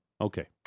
Okay